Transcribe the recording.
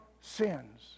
sins